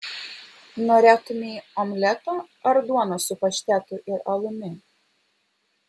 norėtumei omleto ar duonos su paštetu ir alumi